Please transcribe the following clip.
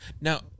Now-